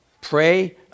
Pray